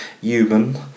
human